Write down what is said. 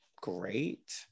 great